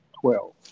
twelve